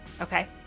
Okay